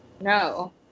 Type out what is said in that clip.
No